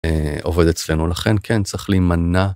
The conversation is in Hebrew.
עובד אצלנו לכן כן צריך להמנע.